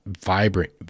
vibrant